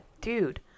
dude